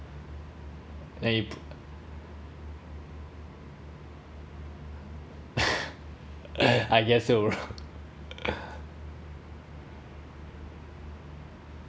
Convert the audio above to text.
and you p~ I guess so